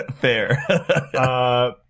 Fair